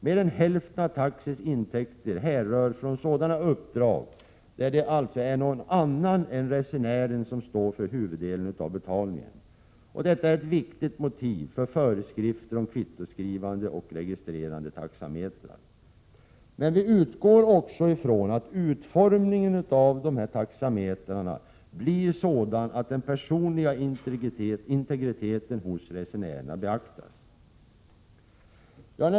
Mer än hälften av taxis intäkter härrör från sådana uppdrag, där det är någon annan än resenären som står för huvuddelen av betalningen. Detta är ett viktigt motiv för föreskrifter om kvittoskrivande och registrerande taxametrar. Vi utgår emellertid ifrån att utformningen av dessa taxametrar blir sådan att resenärernas personliga integritet beaktas.